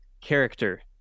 character